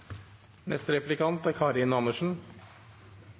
Karin Andersen